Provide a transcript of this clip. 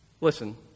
Listen